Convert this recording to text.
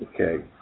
Okay